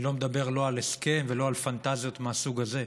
אני לא מדבר לא על הסכם ולא על פנטזיות מהסוג הזה,